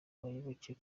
abayoboke